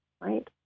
right